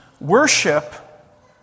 Worship